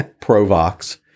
pro-vox